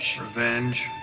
Revenge